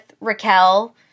Raquel